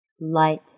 light